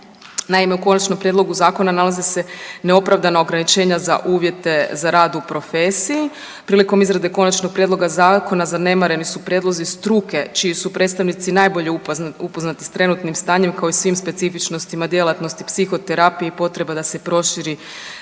Naime, u konačnom prijedlogu zakona nalaze se neopravdano ograničenja za uvjete za rad u profesiji, prilikom izrade končanog prijedloga zakona zanemareni su prijedlozi struke čiji su predstavnici najbolje upoznati s trenutnim stanjem, kao i svim specifičnostima djelatnosti psihoterapije i potreba da se proširi